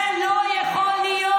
זה לא יכול להיות.